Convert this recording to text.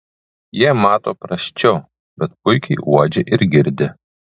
jie mato prasčiau bet puikiai uodžia ir girdi